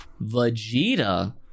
Vegeta